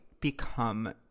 become